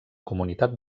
comunitat